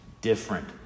different